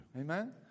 Amen